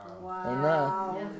Wow